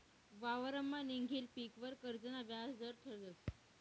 वावरमा निंघेल पीकवर कर्जना व्याज दर ठरस